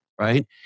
right